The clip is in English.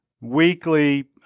weekly